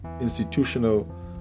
institutional